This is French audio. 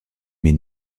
mais